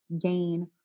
gain